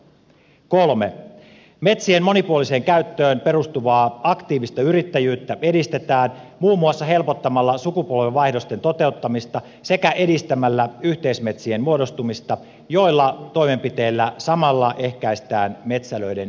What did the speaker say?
kolmanneksi metsien monipuoliseen käyttöön perustuvaa aktiivista yrittäjyyttä edistetään muun muassa helpottamalla sukupolvenvaihdosten toteuttamista sekä edistämällä yhteismetsien muodostumista joilla toimenpiteillä samalla ehkäistään metsälöiden pirstoutumista